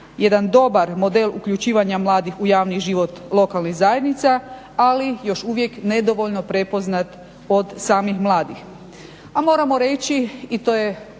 A moramo reći i to je